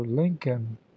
lincoln